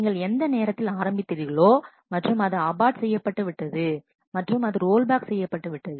நீங்கள் எந்த நேரத்தில் ஆரம்பித்தீர்களோ மற்றும் அது அபார்ட் செய்யப்பட்டுவிட்டது மற்றும் ரோல்பேக் செய்யப்பட்டுவிட்டது